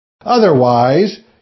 Otherwise